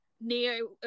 Neo